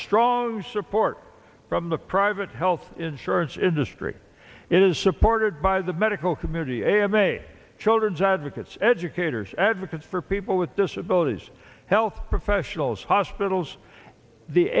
strong support from the private health insurance industry it is supported by the medical community a m a children's advocates educators advocates for people with disabilities health professionals hospitals the